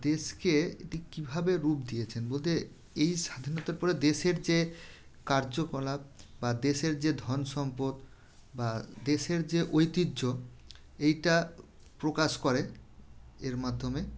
দেশকে এটি কীভাবে রূপ দিয়েছেন বলতে এই স্বাধীনতার পরে দেশের যে কার্যকলাপ বা দেশের যে ধনসম্পদ বা দেশের যে ঐতিহ্য এইটা প্রকাশ করে এর মাধ্যমে